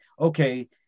okay